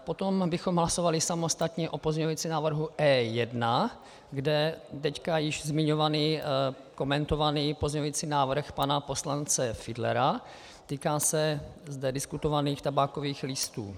Potom bychom hlasovali samostatně o pozměňujícím návrhu E1, kde je již zmiňovaný a komentovaný pozměňující návrh pana poslance Fidlera, týká se zde diskutovaných tabákových listů.